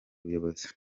ubuyobozi